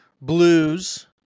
blues